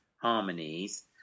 harmonies